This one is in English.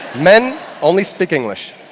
men only speak english.